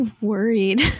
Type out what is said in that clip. worried